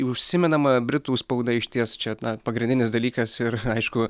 užsimenama britų spauda išties čia na pagrindinis dalykas ir aišku